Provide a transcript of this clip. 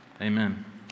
Amen